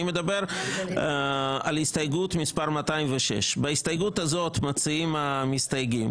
אני מדבר על הסתייגות מספר 206. בהסתייגות הזאת מציעים המסתייגים